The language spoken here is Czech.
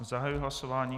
Zahajuji hlasování.